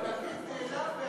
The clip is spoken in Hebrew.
לפיד נעלם,